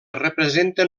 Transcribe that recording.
representen